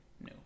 No